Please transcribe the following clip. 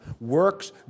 Works